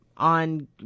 on